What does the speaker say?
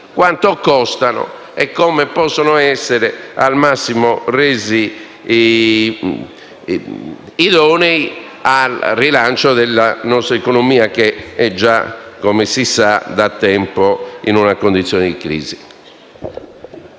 i loro costi e come possono essere resi al massimo idonei al rilancio della nostra economia, che è già - come si sa - da tempo in una condizione di crisi.